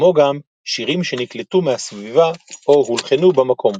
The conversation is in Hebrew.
כמו גם שירים שנקלטו מהסביבה או הולחנו במקום.